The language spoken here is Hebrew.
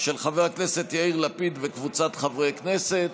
של חבר הכנסת יאיר לפיד וקבוצת חברי הכנסת.